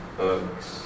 books